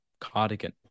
cardigan